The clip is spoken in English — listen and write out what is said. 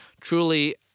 truly